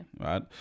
Right